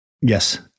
yes